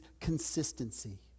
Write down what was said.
consistency